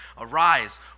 Arise